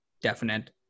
definite